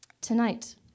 Tonight